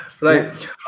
Right